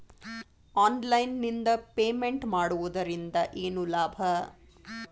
Online ನಿಂದ payment ಮಾಡುವುದರಿಂದ ಏನು ಲಾಭ?